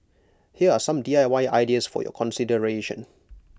here are some D I Y ideas for your consideration